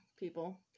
people